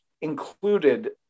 included